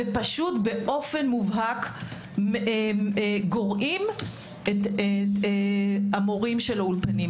ובאופן מובהק גורעים את מורי האולפנים.